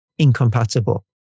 Incompatible